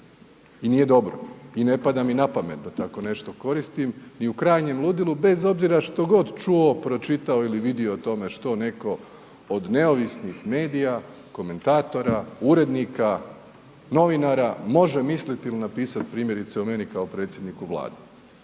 i nije dobro i ne pada mi na pamet da tako nešto koristim ni u krajnjem ludilu bez obzira što god čuo, pročitao ili vidio o tome što netko od neovisnih medija, komentatora, urednika, novinara, može mislit ili napisat primjerice o meni kao predsjedniku Vlade,